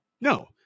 No